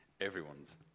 everyone's